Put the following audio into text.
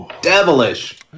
Devilish